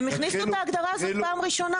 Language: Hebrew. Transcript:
הם הכניסו את ההגדרה הזאת בפעם הראשונה.